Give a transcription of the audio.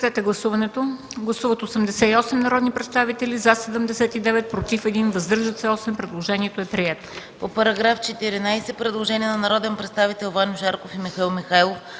Гласували 104 народни представители: за 94, против 2, въздържали се 8. Предложението е прието.